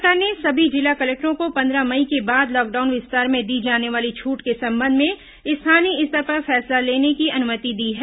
राज्य सरकार ने सभी जिला कलेक्टरों को पन्द्रह मई के बाद लॉकडाउन विस्तार में दी जाने वाली छूट के संबंध में स्थानीय स्तर पर फैसला लेने की अनुमति दी है